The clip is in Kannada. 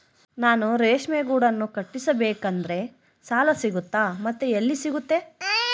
ನಾನು ರೇಷ್ಮೆ ಗೂಡನ್ನು ಕಟ್ಟಿಸ್ಬೇಕಂದ್ರೆ ಸಾಲ ಸಿಗುತ್ತಾ ಮತ್ತೆ ಎಲ್ಲಿ ಸಿಗುತ್ತೆ?